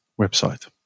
website